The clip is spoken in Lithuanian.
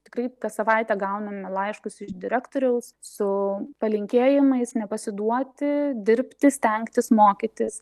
tikrai kas savaitę gauname laiškus iš direktoriaus su palinkėjimais nepasiduoti dirbti stengtis mokytis